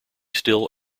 still